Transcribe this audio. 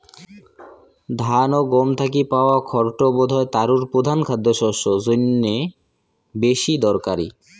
ধান আর গম থাকি পাওয়া খড় টো বোধহয় তারুর প্রধান খাদ্যশস্য জইন্যে বেশি দরকারি